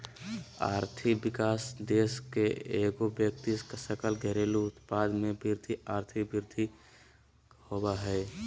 आर्थिक विकास देश के एगो व्यक्ति सकल घरेलू उत्पाद में वृद्धि आर्थिक वृद्धि होबो हइ